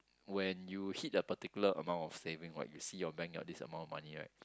when you hit a particular amount of saving right you see your bank got this amount of money right